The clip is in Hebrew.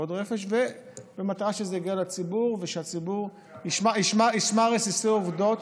ועוד רפש במטרה שזה יגיע לציבור ושהציבור ישמע רסיסי עובדות.